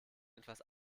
etwas